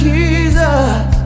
Jesus